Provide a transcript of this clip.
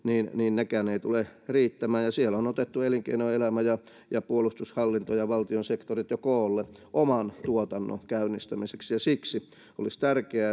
nekään eivät tule riittämään ja siellä on otettu elinkeinoelämä ja ja puolustushallinto ja valtion sektorit jo koolle oman tuotannon käynnistämiseksi siksi olisi tärkeää